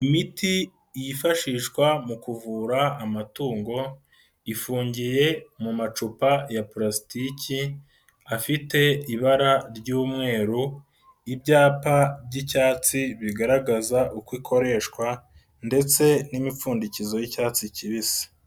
Imiti yifashishwa mu kuvura amatungo, ifungiye mu macupa ya purasitiki, afite ibara ry'umweru, ibyapa by'icyatsi bigaragaza uko ikoreshwa ndetse n'imipfundikizo y'icyatsi kibisi.